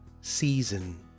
season